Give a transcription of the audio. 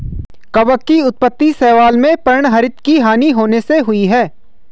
कवक की उत्पत्ति शैवाल में पर्णहरित की हानि होने से हुई है